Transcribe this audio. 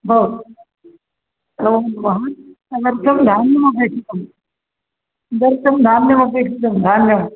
भवतु तदर्थं धान्यमपेक्षितं तदर्थं धान्यमपेक्षितं धान्यम्